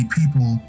people